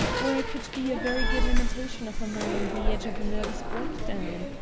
or i could be a very good imitation of a man on the edge of a nervous breakdown.